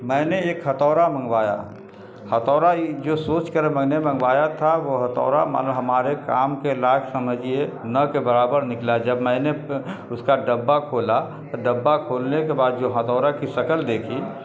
میں نے ایک ہتھوڑا منگوایا ہتھوڑا جو سوچ کر میں نے منگوایا تھا وہ ہتھوڑا ہمارے کام کے لائق سمجھیے نہ کے برابر نکلا جب میں نے اس کا ڈبہ کھولا تو ڈبہ کھولنے کے بعد جو ہتھوڑا کی شکل دیکھی